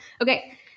okay